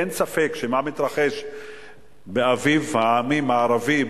אין ספק שמה שמתרחש באביב העמים הערבי,